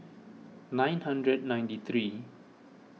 nine hundred ninety three